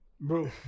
Bro